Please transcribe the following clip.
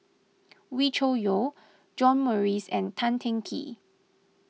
Wee Cho Yaw John Morrice and Tan Teng Kee